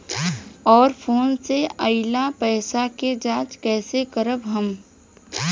और फोन से आईल पैसा के जांच कैसे करब हम?